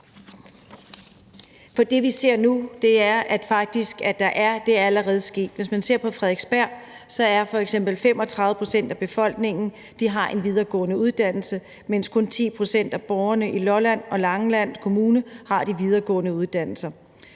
men det, vi ser nu, er, at det faktisk allerede er sket. Hvis man ser på f.eks. Frederiksberg, har 35 pct. af befolkningen en videregående uddannelse, mens kun 10 pct. af borgerne på Lolland og i Langeland Kommune har en videregående uddannelse.